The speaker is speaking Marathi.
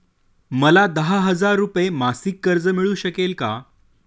मला दहा हजार रुपये मासिक कर्ज मिळू शकेल का?